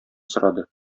сорады